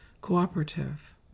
cooperative